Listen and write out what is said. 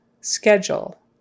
Schedule